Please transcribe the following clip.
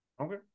Okay